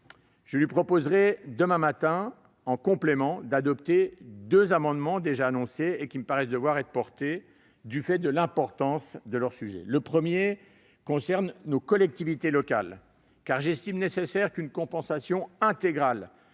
Je lui proposerai demain matin, en complément, d'adopter deux amendements, déjà annoncés, qui me paraissent devoir être présentés du fait de l'importance de leurs sujets. Le premier concerne les collectivités locales, car j'estime nécessaire de prévoir une compensation intégrale